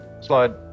slide